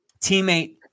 teammate